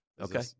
Okay